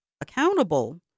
accountable